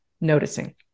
noticing